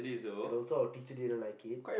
and also our teacher didn't like it